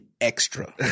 Extra